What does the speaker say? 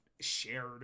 shared